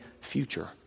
future